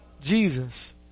Jesus